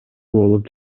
болуп